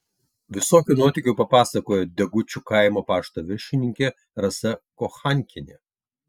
visokių nuotykių papasakojo degučių kaimo pašto viršininkė rasa kochankienė